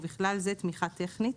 ובכלל זה תמיכה טכנית,